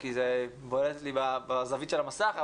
כי זה בולט בזווית של המסך,